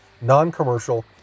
non-commercial